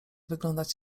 wyglądać